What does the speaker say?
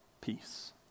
peace